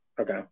Okay